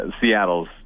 Seattle's